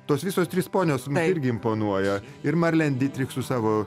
tos visos trys ponios irgi imponuoja ir marlen ditrich su savo